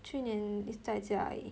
去年 is 在家而已